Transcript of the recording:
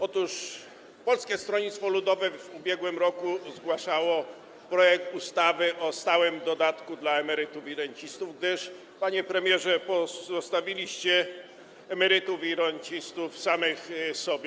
Otóż Polskie Stronnictwo Ludowe w ubiegłym roku zgłaszało projekt ustawy o stałym dodatku dla emerytów i rencistów, gdyż, panie premierze, pozostawiliście emerytów i rencistów samych sobie.